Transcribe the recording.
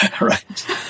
Right